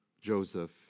Joseph